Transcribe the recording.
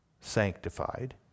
sanctified